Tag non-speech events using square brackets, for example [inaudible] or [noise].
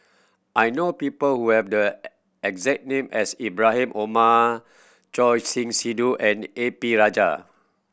I know people who have the [hesitation] exact name as Ibrahim Omar Choor Singh Sidhu and A P Rajah